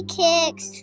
kicks